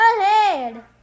ahead